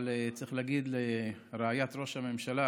אבל צריך להגיד לרעיית ראש הממשלה